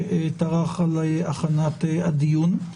שטרח על הכנת הדיון.